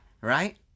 right